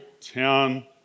town